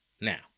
Now